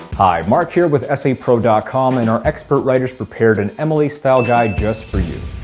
hi. mark here with essaypro com, and our expert writers prepared an mla style guide just for you.